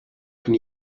can